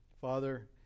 Father